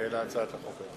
להצעת החוק.